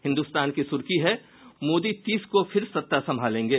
हिन्दुस्तान की सुर्खी है मोदी तीस को फिर सत्ता सम्भालेंगे